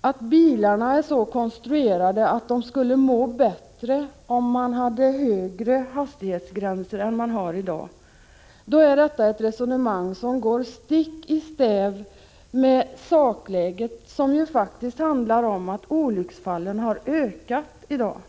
att bilarna är så konstruerade att de skulle må bättre om man hade högre hastighetsgränser än i dag. Det är ett resonemang som går stick i stäv mot sakläget, som faktiskt handlar om att olycksfallen ökat.